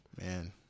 Man